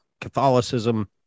catholicism